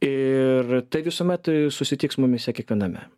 ir tai visuomet susitiks mumyse kiekviename